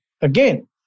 Again